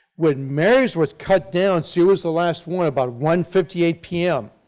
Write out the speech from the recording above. when mary's was cut down, she was the last one about one fifty eight p m.